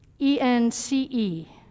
E-N-C-E